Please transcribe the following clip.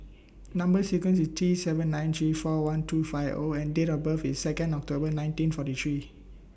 Number sequence IS T seven nine three four one two five O and Date of birth IS Second October nineteen forty three